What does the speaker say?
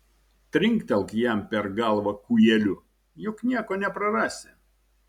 trinktelk jam per galvą kūjeliu juk nieko neprarasi